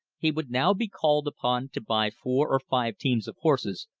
he would now be called upon to buy four or five teams of horses,